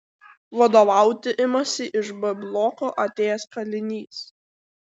vadovauti imasi iš b bloko atėjęs kalinys